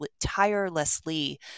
tirelessly